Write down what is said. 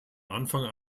anfang